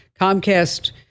Comcast